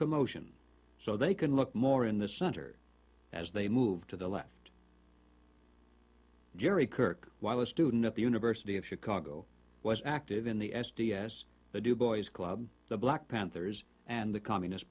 commotion so they can look more in the center as they move to the left jerry kirk while a student at the university of chicago was active in the s d s the do boys club the black panthers and the communist